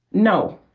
no.